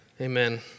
Amen